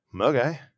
Okay